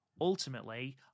Ultimately